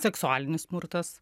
seksualinis smurtas